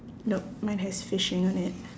nope mine has fishing on it